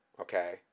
okay